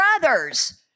brothers